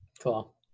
Cool